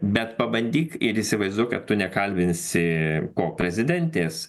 bet pabandyk ir įsivaizduok kad tu nekalbinsi ko prezidentės